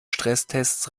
stresstests